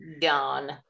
gone